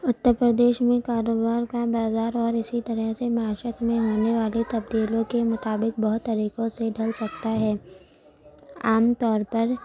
اتّر پردیش میں کاروبار کا بازار اور اسی طرح سے معیشت میں ہونے والی تبدیلیوں کے مطابق ہونے والے بہت طریقوں سے ڈھل سکتا ہے عام طور پر